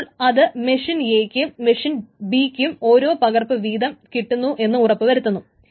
അപ്പോൾ അത് machine A ക്കും മെഷ്യൻ B ക്കും ഓരോ പകർപ്പ് വീതം കിട്ടുന്നു എന്ന് ഉറപ്പു വരുത്തുന്നു